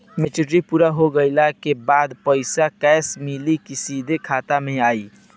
Maturity पूरा हो गइला के बाद पईसा कैश मिली की सीधे खाता में आई?